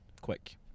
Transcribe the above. quick